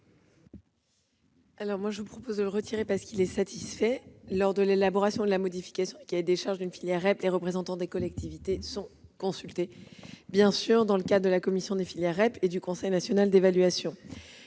votre amendement, madame la sénatrice, parce qu'il est satisfait. Lors de l'élaboration ou de la modification du cahier des charges d'une filière REP, les représentants des collectivités sont consultés dans le cadre de la commission des filières REP et du Conseil national d'évaluation.